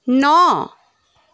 ন